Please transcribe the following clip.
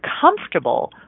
comfortable